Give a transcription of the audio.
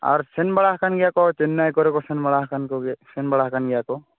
ᱟᱨ ᱥᱮᱱ ᱵᱟᱲᱟ ᱟᱠᱟᱱ ᱜᱮᱭᱟ ᱠᱚ ᱪᱮᱱᱱᱟᱭ ᱠᱚᱨᱮ ᱠᱚ ᱥᱮᱱ ᱵᱟᱲᱟ ᱦᱟᱠᱟᱱ ᱠᱚᱜᱮ ᱥᱮᱱ ᱵᱟᱲᱟ ᱟᱠᱟᱱ ᱜᱮᱭᱟ ᱠᱚ